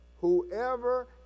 Whoever